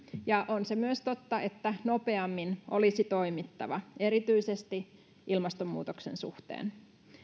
ja on se myös totta että nopeammin olisi toimittava erityisesti ilmastonmuutoksen suhteen